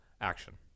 action